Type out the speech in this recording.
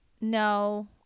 No